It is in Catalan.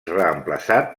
reemplaçat